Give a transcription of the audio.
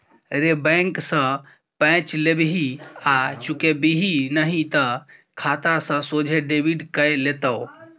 रे बैंक सँ पैंच लेबिही आ चुकेबिही नहि तए खाता सँ सोझे डेबिट कए लेतौ